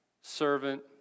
servant